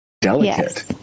delicate